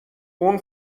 اون